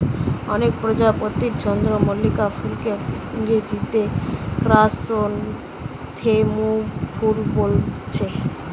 অনেক প্রজাতির চন্দ্রমল্লিকা ফুলকে ইংরেজিতে ক্র্যাসনথেমুম ফুল বোলছে